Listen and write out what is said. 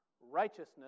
Righteousness